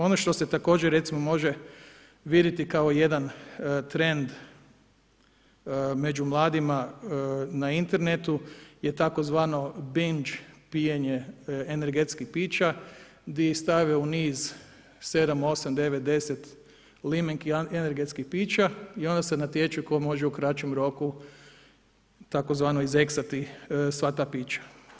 Ono što se također recimo može vidjeti kao jedan trend među mladima na internetu je tzv. bendž pijenje energetskih pića gdje stave u niz 7, 8, 9, 10 limenki energetskih pića i onda se natječu tko može u kraćem roku tzv. eksati sva ta pića.